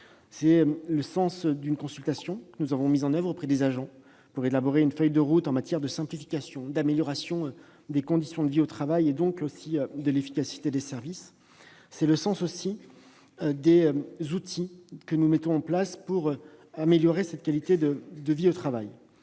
C'est le sens de la consultation que nous avons lancée auprès des agents pour élaborer une feuille de route en matière de simplification et d'amélioration des conditions de vie au travail, donc aussi de l'efficacité des services. Entre autres outils destinés à améliorer la qualité de vie au travail,